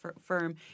firm